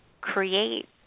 create